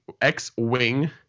X-Wing